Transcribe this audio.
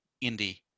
Indy